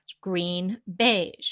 green-beige